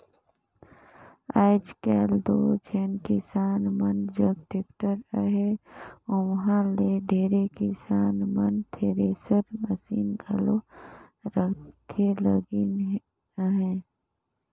आएज काएल दो जेन किसान मन जग टेक्टर अहे ओमहा ले ढेरे किसान मन थेरेसर मसीन घलो रखे लगिन अहे